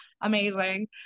amazing